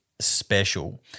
Special